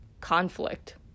conflict